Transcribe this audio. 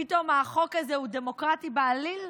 פתאום החוק הזה הוא דמוקרטי בעליל,